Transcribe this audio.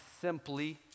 simply